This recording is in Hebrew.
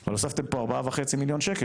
אבל הוספתם פה 4.5 מיליון שקל,